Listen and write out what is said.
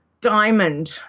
diamond